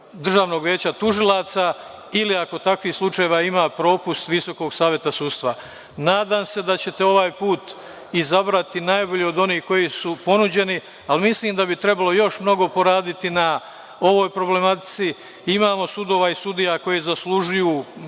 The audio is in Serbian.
Državnog veća tužilaca, ili, ako takvih slučajeva ima, propust Visokog saveta sudstva. Nadam se da ćete ovaj put izabrati najbolje od onih koji su ponuđeni, ali mislim da bi trebalo još mnogo poraditi na ovoj problematici. Imamo sudova i sudija koji zaslužuju